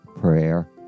prayer